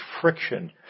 friction